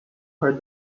her